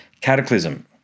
Cataclysm